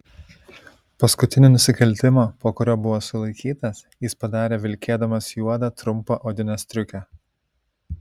paskutinį nusikaltimą po kurio buvo sulaikytas jis padarė vilkėdamas juodą trumpą odinę striukę